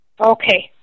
Okay